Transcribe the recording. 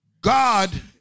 God